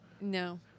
No